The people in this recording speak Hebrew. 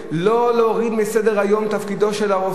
לא להוריד מסדר-היום את תפקידו של הרופא,